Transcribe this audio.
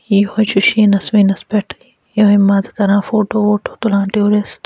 یِہوٚے چھُ شیٖنَس ویٖنَس پٮ۪ٹھ یِہوٚے مَزٕ کران فوٹو ووٹو تُلان ٹوٗرِسٹ